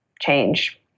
change